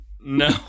No